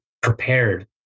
prepared